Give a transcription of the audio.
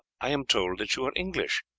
i am told that you are english.